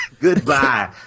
goodbye